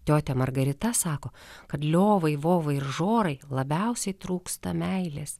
tiotia margarita sako kad liovai vovai ir žorai labiausiai trūksta meilės